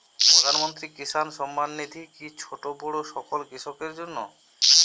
প্রধানমন্ত্রী কিষান সম্মান নিধি কি ছোটো বড়ো সকল কৃষকের জন্য?